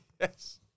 Yes